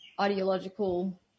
ideological